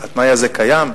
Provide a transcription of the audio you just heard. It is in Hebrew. התנאי הזה קיים?